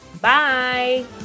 Bye